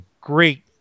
great